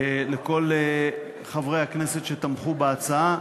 לכל חברי הכנסת שתמכו בהצעה.